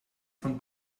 von